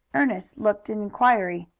ernest looked an inquiry.